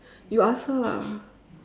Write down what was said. you ask her lah